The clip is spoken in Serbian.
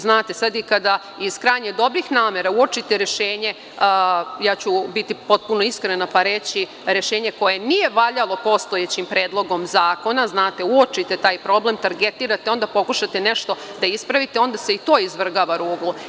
Znate, sada i kada iz krajnje dobrih namera uočite rešenje, ja ću biti potpuno iskrena pa reći - rešenje koje nije valjalo postojećim Predlogom zakona, znate, uočite taj problem, targetirate, onda pokušate nešto da ispravite, onda se i to izvrgava ruglu.